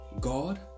God